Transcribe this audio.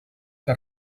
que